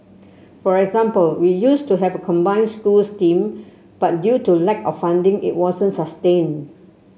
for example we used to have a combined schools team but due to lack of funding it wasn't sustained